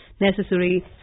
necessary